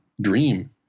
dream